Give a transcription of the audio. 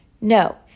No